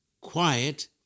quiet